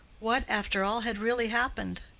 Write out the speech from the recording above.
what, after all, had really happened?